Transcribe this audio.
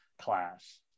class